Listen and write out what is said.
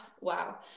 wow